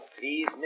Please